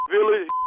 Village